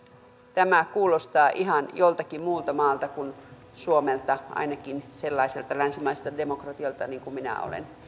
tämä kuulostaa ihan joltakin muulta maalta kuin suomelta ainakaan sellaiselta länsimaiselta demokratialta kuin minä olen